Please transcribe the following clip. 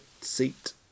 seat